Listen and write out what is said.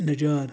Najar